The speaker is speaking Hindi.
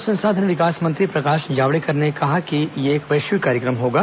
मानव संसाधन विकास मंत्री प्रकाश जावड़ेकर ने कहा कि यह एक वैश्विक कार्यक्रम होगा